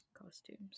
costumes